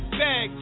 bag